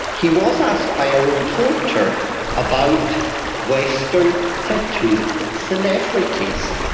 he was asked by a reporter about western tattooed celebrities.